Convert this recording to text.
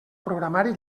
programari